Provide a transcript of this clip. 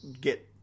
get